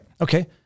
okay